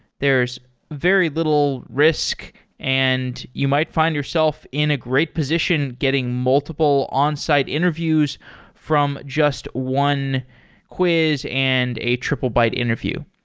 there's very little risk and you might find yourself in a great position getting multiple onsite interviews from just one quiz and a triplebyte interview.